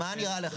מה עם הפריפריה?